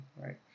right